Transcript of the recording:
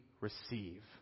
receive